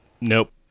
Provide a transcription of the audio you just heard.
nope